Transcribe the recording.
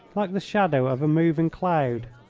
like the shadow of a moving cloud.